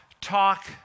talk